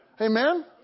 Amen